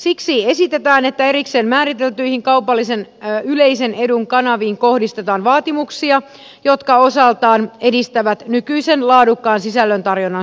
siksi esitetään että erikseen määriteltyihin yleisen edun kanaviin kohdistetaan vaatimuksia jotka osaltaan edistävät nykyisen laadukkaan sisältötarjonnan säilyttämistä